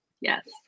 Yes